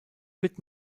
wird